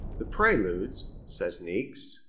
the preludes, says niecks,